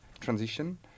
transition